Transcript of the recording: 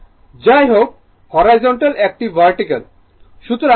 যাইহোক হরাইজন্টাল একটি ভার্টিকাল